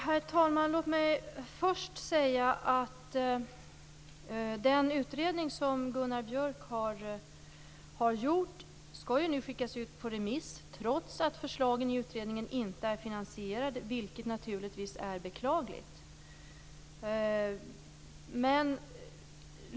Herr talman! Låt mig först säga att den utredning som Gunnar Björk har gjort nu skall skickas ut på remiss, trots att förslagen i utredningen inte är finansierade. Det är naturligtvis beklagligt.